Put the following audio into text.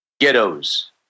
ghettos